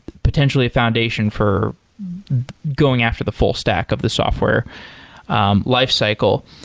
potentially a foundation for going after the full stack of the software um lifecycle.